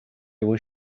was